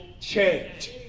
change